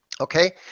Okay